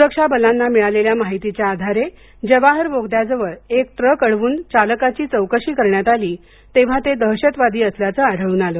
सुरक्षा बलांना मिळालेल्या माहितीच्या आधारे जवाहर बोगद्याजवळ एक ट्रक अडवून चालकाची चौकशी करण्यात आली तेव्हा ते दहशतवादी असल्याचं आढळून आली